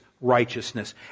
righteousness